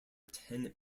ten